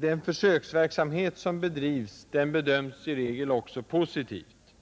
Den försöksverksamhet som bedrivs, bedöms i regel också positivt.